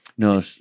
No